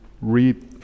read